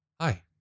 Hi